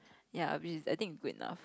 ya I be is I think with lah